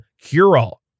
cure-all